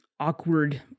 Awkward